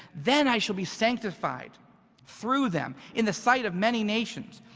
then i shall be sanctified through them in the sight of many nations.